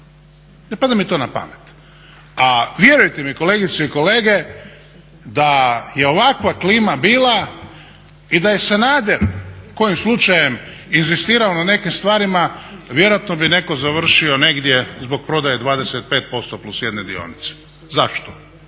Ne pada mi to na pamet! A vjerujte mi, kolegice i kolege, da je ovakva klima bila i da je Sanader kojim slučajem inzistirao na nekim stvarima vjerojatno bi netko završio negdje zbog prodaje 25% plus 1 dionice. Zašto?